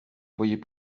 voyait